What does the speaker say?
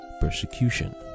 persecution